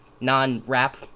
non-rap